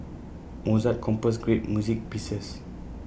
Mozart composed great music pieces